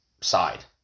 side